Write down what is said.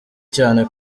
cyane